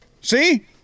See